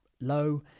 low